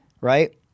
right